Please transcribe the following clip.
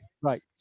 right